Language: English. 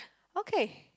okay